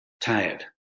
tired